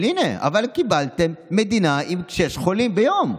אבל הינה, קיבלתם מדינה עם שישה חולים ביום,